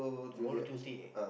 tomorrow Tuesday aye